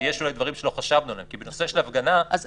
שיש אולי דברים שלא חשבנו עליהם כי בנושא של הפגנה לי